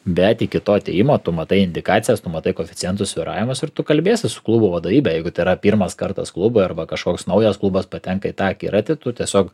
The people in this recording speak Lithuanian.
bet iki to atėjimo tu matai indikacijas tu matai koeficientų svyravimus ir tu kalbiesi su klubo vadovybe jeigu tai yra pirmas kartas klubui arba kažkoks naujas klubas patenka į tą akiratį tu tiesiog